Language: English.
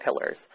pillars